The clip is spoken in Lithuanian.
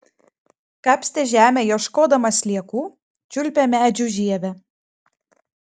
kapstė žemę ieškodama sliekų čiulpė medžių žievę